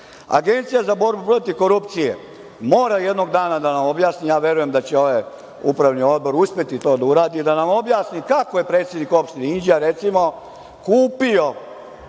građana. Agencija za borbu protiv korupcije, mora jednog dana da nam objasni, ja verujem da će ovaj Upravni odbor uspeti to da uradi, da nam objasni, kako je predsednik opštine Inđija, recimo, kupio